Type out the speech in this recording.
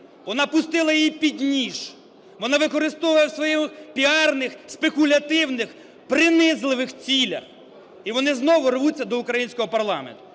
вона пустила її під ніж, вона використовує в своїх піарних спекулятивних, принизливих цілях. І вони знову рвуться до українського парламенту.